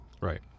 Right